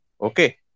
okay